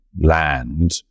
land